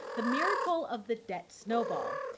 the miracle of the debt snowball.